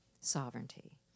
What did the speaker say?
sovereignty